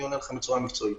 אני עונה לכם בצורה מקצועית.